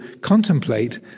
contemplate